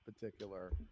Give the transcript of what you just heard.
particular